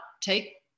take